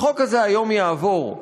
החוק הזה יעבור היום,